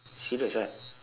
serious ah